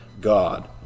God